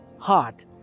heart